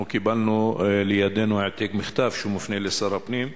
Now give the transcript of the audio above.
אנחנו קיבלנו לידינו העתק מכתב שמופנה אל שר הפנים,